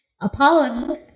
apollo